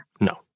No